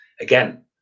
again